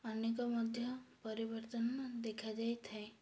ଅନେକ ମଧ୍ୟ ପରିବର୍ତ୍ତନ ଦେଖାଯାଇ ଥାଏ